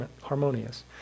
harmonious